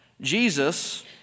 Jesus